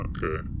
Okay